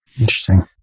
Interesting